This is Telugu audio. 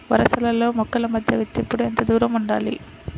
వరసలలో మొక్కల మధ్య విత్తేప్పుడు ఎంతదూరం ఉండాలి?